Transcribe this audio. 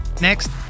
Next